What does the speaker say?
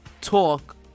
talk